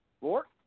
four